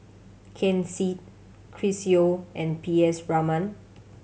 Ken Seet Chris Yeo and P S Raman